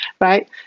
right